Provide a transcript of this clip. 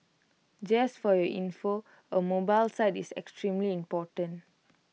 just for your info A mobile site is extremely important